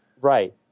Right